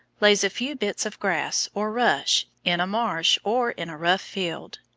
lays a few bits of grass, or rush, in a marsh or in a rough field.